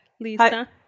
lisa